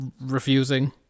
refusing